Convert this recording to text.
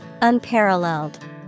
Unparalleled